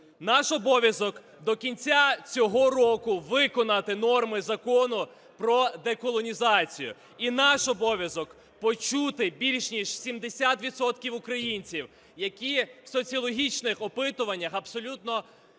наш обов'язок до кінця цього року виконати норми Закону про деколонізацію; і наш обов'язок почути більш ніж 70 відсотків українців, які в соціологічних опитуваннях абсолютно